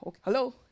hello